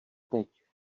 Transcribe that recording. teď